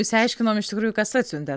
išsiaiškinom iš tikrųjų kas atsiuntė